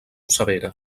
severa